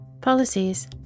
policies